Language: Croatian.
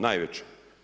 Najveća.